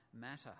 matter